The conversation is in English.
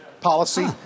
policy